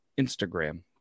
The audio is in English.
Instagram